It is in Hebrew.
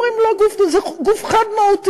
אומרים, לא, זה גוף חד-מהותי,